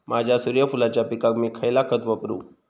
माझ्या सूर्यफुलाच्या पिकाक मी खयला खत वापरू?